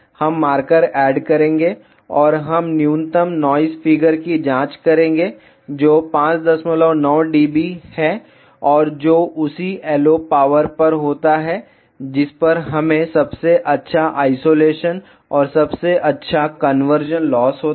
हम marker add करेंगे और हम न्यूनतम नॉइस फिगर की जांच करेंगे जो 59 dB है और जो उसी LO पावर पर होता है जिस पर हमें सबसे अच्छा आइसोलेशन और सबसे अच्छा कन्वर्जन लॉस होता है